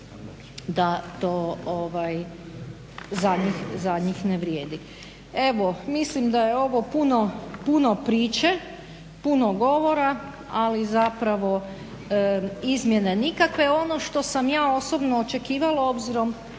da to za njih ne vrijedi. Evo, mislim da je ovo puno priče, puno govora ali zapravo izmjene nikakve. Ono što sam ja osobno očekivala obzirom